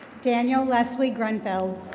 daniel leslie grenfell.